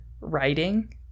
writing